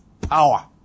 power